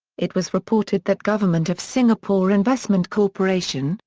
it was reported that government of singapore investment corp,